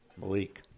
Malik